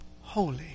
holy